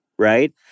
Right